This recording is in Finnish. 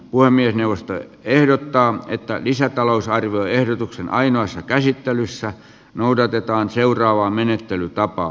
puhemiesneuvosto ehdottaa että lisätalousarvioehdotuksen ainoassa käsittelyssä noudatetaan seuraavaa menettelytapaa